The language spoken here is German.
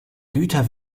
güter